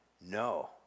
No